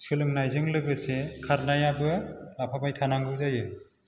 सोलोंनायजों लोगोसे खारनायाबो लाफाबाय थानांगौ जायो